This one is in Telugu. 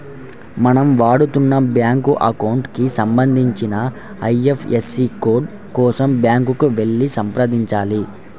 మనం వాడుతున్న బ్యాంకు అకౌంట్ కి సంబంధించిన ఐ.ఎఫ్.ఎస్.సి కోడ్ కోసం బ్యాంకుకి వెళ్లి సంప్రదించాలి